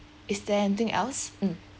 is there anything else mm